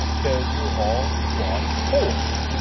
because you are all bought whores.